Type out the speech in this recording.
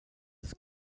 des